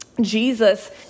Jesus